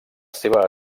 seva